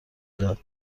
داد